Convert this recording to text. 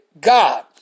God